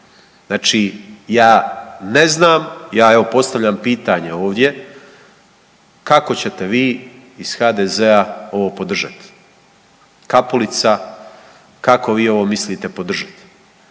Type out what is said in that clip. Znači ja ne znam, ja evo postavljam pitanje ovdje kako ćete vi iz HDZ-a podržat. Kapulica kako vi ovo mislite podržat?